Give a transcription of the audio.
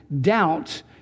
doubt